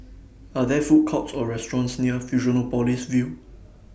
Are There Food Courts Or restaurants near Fusionopolis View